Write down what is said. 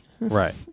Right